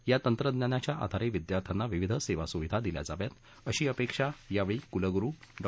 या तंत्रज्ञानाच्या आधारे विद्यार्थ्यांना विविध सेवासूविधा दिल्या जाव्यात अशी अपेक्षा यावेळी कुलगुरू डॉ